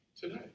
today